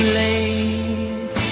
late